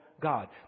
God